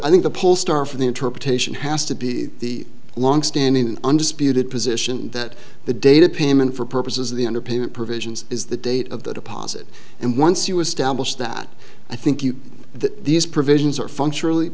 interpretation has to be the longstanding undisputed position that the data payment for purposes of the underpayment provisions is the date of the deposit and once you establish that i think that these provisions are functionally